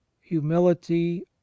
humility